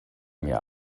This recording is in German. mir